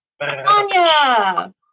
Tanya